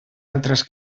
altres